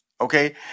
Okay